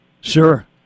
Sure